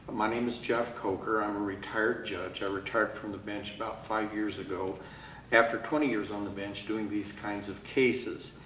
my name is jeff coker. i'm a retired judge. i retired from the bench about five years ago after twenty years on the bench doing these kinds of cases.